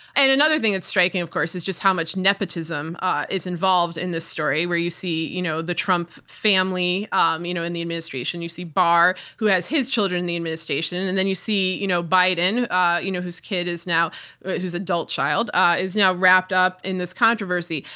and another things that's striking of course is just how much nepotism ah is involved in this story where you see you know the trump family um you know in the administration, you see barr who has his children in the administration and you see you know biden ah you know whose kid is now but his adult child ah is now wrapped up in this controversy.